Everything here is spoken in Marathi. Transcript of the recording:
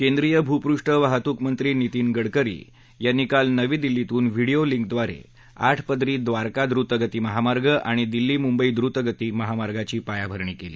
केंद्रीय भूपृष्ठ वाहतूकममंत्री नितीन गडकरी यांनी काल नवी दिल्लीतून व्हिडीओ लिंकद्वारे आठ पदरी द्वारका दुतगती महामार्ग आणि दिल्ली मुंबई द्रतगती महामार्गाची पायाभरणी केली